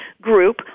group